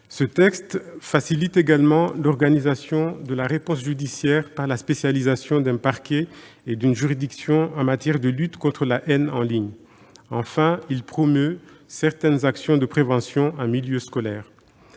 Ce texte facilite également l'organisation de la réponse judiciaire par la spécialisation d'un parquet et d'une juridiction en matière de lutte contre la haine en ligne. Enfin, il promeut certaines actions de prévention en milieu scolaire.